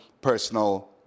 personal